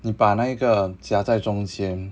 你把那个夹在中间